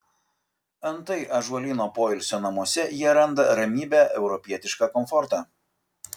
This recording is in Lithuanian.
antai ąžuolyno poilsio namuose jie randa ramybę europietišką komfortą